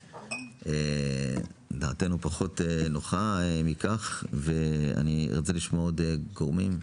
אז דעתנו פחות נוחה מכך ואני ארצה לשמוע עוד גורמים.